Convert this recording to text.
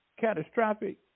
catastrophic